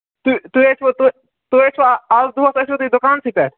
تُہۍ تُہۍ ٲسوا تُہۍ تُہۍ ٲسوا اَز دۅہَس ٲسوا تُہۍ دُکانسٕے پٮ۪ٹھ